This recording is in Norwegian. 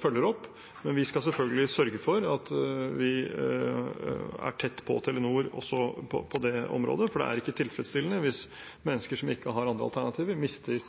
følger opp, men vi skal selvfølgelig sørge for at vi er tett på Telenor også på det området. Det er ikke tilfredsstillende hvis mennesker som ikke har andre alternativer, mister